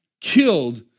killed